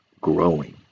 growing